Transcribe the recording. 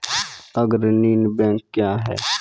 अग्रणी बैंक क्या हैं?